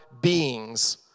beings